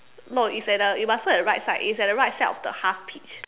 no it's at the you must look at the right side it's at the right side of the half peach